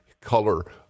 color